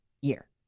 year